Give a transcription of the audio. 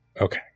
Okay